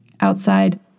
Outside